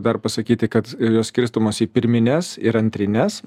dar pasakyti kad jos skirstomos į pirmines ir antrines